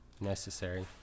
necessary